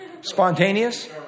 Spontaneous